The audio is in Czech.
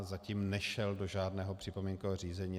Zatím nešel do žádného připomínkového řízení.